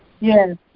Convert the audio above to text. Yes